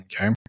Okay